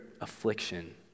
affliction